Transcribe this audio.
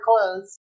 clothes